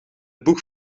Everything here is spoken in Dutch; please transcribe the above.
boeg